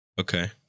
Okay